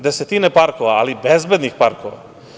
Desetine parkova, ali bezbednih parkova.